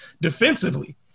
defensively